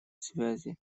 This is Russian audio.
связи